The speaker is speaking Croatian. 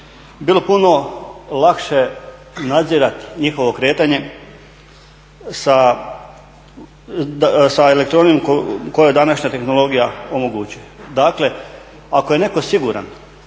bilo puno lakše nadzirati njihovo kretanje sa elektronikom koju današnja tehnologija omogućuje? Dakle, ako je netko siguran